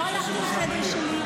לא הלכתי לחדר שלי,